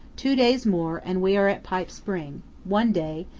two days more, and we are at pipe spring one day,